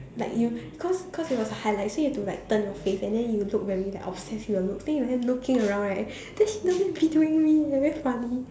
like you cause cause it was a highlight so you have to like turn your face and then you look very like obsessed with your looks then you're looking around right then he down there videoing me eh very funny